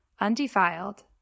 undefiled